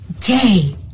Gay